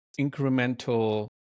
incremental